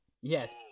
Yes